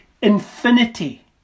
Infinity